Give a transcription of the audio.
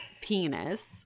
penis